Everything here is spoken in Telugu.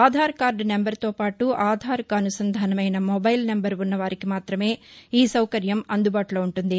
ఆధార్ కార్గు నెంబరుతోపాటు ఆధార్కు అనుసంధానమైన మొబైల్ నెంబర్ ఉన్నవారికి మాత్రమే ఈ సౌకర్యం అందుబాటులో ఉంటుంది